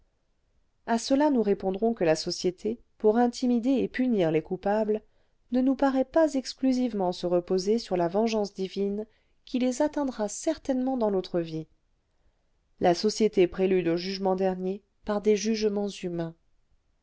à cela nous répondrons que la société pour intimider et punir les coupables ne nous paraît pas exclusivement se reposer sur la vengeance divine qui les atteindra certainement dans l'autre vie la société prélude au jugement dernier par des jugements humains